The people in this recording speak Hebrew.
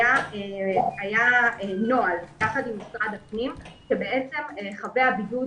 היה נוהל יחד עם משרד הפנים שבעצם חבי הבידוד